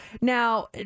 Now